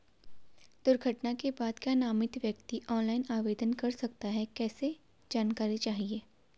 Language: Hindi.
दुर्घटना के बाद क्या नामित व्यक्ति ऑनलाइन आवेदन कर सकता है कैसे जानकारी चाहिए?